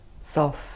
soft